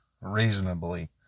reasonably